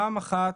במישור אחד,